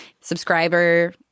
subscriber